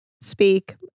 speak